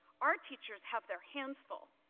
our teachers have their hands full.